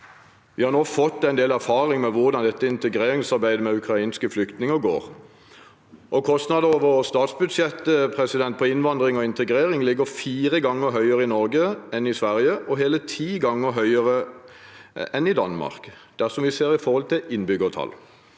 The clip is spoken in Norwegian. Vi har nå fått en del erfaring med hvordan integreringsarbeidet med ukrainske flyktninger går. Kostnader over statsbudsjettet for innvandring og integrering ligger fire ganger høyere i Norge enn i Sverige og hele ti ganger høyere enn i Danmark dersom vi ser det i forhold til innbyggertall.